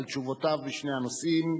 על תשובותיו בשני הנושאים.